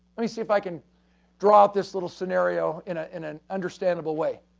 let me see if i can draw this little scenario in ah in an understandable way.